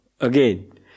again